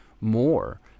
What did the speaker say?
more